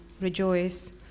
rejoice